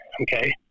okay